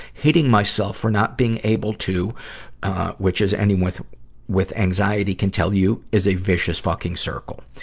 hating myself for not being able to which, as anyone with with anxiety can tell you, is a vicious fucking circle.